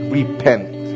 repent